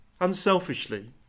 unselfishly